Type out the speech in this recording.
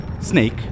snake